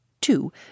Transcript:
Two